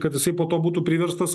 kad jisai po to būtų priverstas